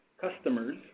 customers